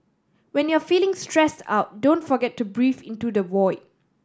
when you are feeling stressed out don't forget to breathe into the void